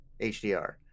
HDR